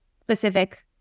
specific